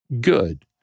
good